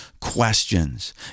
questions